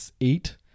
eight